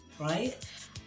right